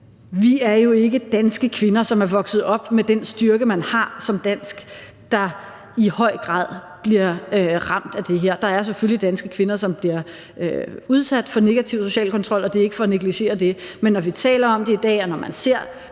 Det er jo ikke de danske kvinder, som er vokset op med den styrke, man har som dansk, der i høj grad bliver ramt af det her. Der er selvfølgelig danske kvinder, som bliver udsat for negativ social kontrol, og det er ikke for at negligere det, men når vi taler om det i dag, og når man ser